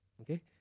Okay